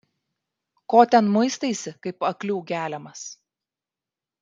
ko ten muistaisi kaip aklių geliamas